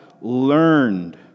learned